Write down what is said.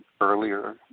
earlier